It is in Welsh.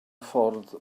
ffordd